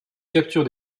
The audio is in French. capture